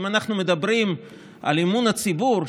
אם אנחנו מדברים על אמון הציבור,